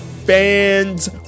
fans